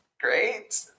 great